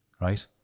right